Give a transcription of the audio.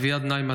אביעד ניימן,